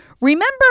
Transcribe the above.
Remember